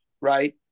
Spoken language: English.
right